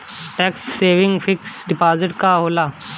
Tax saving fixed deposit का होखे ला?